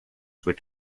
would